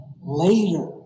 later